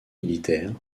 militaire